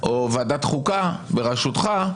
או ועדת חוקה בראשותך,